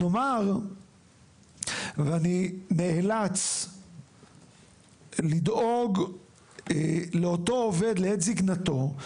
נאמר ואני נאלץ לדאוג לאותו עובד לעת זקנתו,